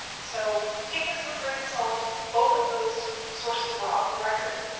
so take this with a grain of salt, both of those sources were off the record.